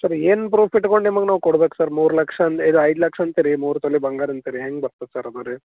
sir ಏನು proof ಇಟ್ಕೊಂಡು ನಿಮ್ಗೆ ನಾವು ಕೊಡ್ಬೇಕು ಸರ್ ಮೂರು ಲಕ್ಷ ಐದು ಲಕ್ಷ ಅಂತೀರಿ ಮೂರು ತೊಲೆ ಬಂಗಾರ ಅಂತೀರಿ ಹೆಂಗೆ ಬರ್ತದೆ ಸರ್ ಅದು ರೀ